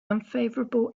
unfavourable